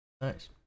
nice